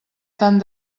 tant